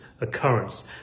occurrence